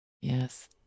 Yes